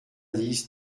dix